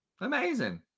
Amazing